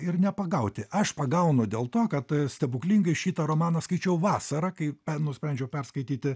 ir nepagauti aš pagaunu dėl to kad stebuklingai šitą romaną skaičiau vasarą kai nusprendžiau perskaityti